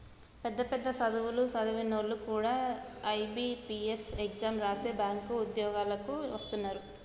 పెద్ద పెద్ద సదువులు సదివినోల్లు కూడా ఐ.బి.పీ.ఎస్ ఎగ్జాం రాసి బ్యేంకు ఉద్యోగాలకు వస్తున్నరు